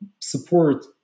support